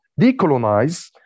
decolonize